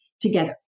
together